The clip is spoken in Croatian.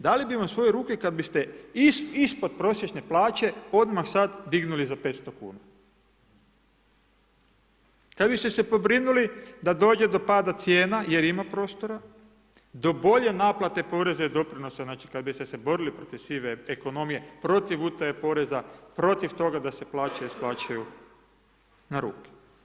Dali bi vam svoje ruke kada biste ispodprosječne plaće odmah sada dignuli za 500.00 kn, kada biste se pobrinuli da dođe do pada cijena jer ima prostora, do bolje naplate poreza i doprinosa, znači, kada biste se borili protiv sive ekonomije, protiv utaje poreza, protiv toga da se plaće isplaćuju na ruke.